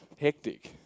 hectic